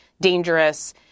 dangerous